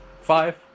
five